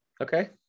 Okay